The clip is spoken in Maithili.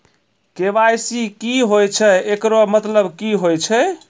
के.वाई.सी की होय छै, एकरो मतलब की होय छै?